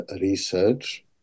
research